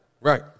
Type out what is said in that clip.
Right